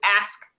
ask